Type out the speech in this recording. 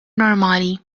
normali